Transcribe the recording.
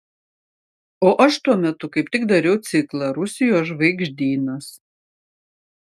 o aš tuo metu kaip tik dariau ciklą rusijos žvaigždynas